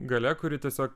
galia kuri tiesiog